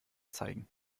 zeigen